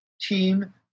team